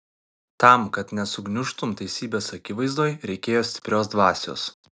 tam kad nesugniužtum teisybės akivaizdoj reikėjo stiprios dvasios